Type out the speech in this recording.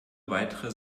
weitere